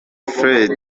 fred